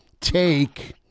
take